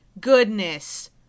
goodness